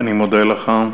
אני מודה לך.